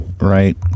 right